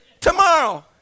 tomorrow